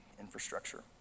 infrastructure